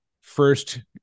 first